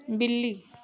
बिल्ली